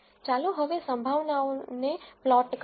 ચાલો હવે પ્રોબેબ્લીટીઝને પ્લોટ કરીએ